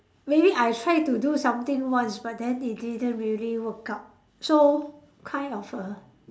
maybe I try to do something once but then it didn't really work out so kind of a